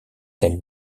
tel